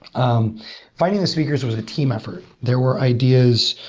um finding the speakers was a team effort. there were ideas